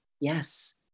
Yes